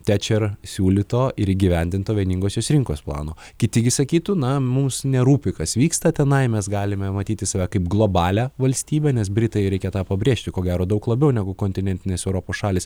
tečer siūlyto ir įgyvendinto vieningosios rinkos plano kiti gi sakytų na mums nerūpi kas vyksta tenai mes galime matyti save kaip globalią valstybę nes britai reikia pabrėžti ko gero daug labiau negu kontinentinės europos šalys